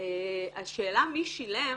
השאלה מי שילם,